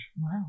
Wow